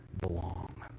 belong